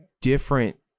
different